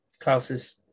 Klaus's